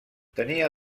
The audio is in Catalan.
tenia